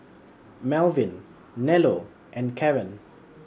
Malvin Nello and Caren